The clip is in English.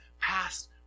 past